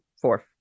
fourth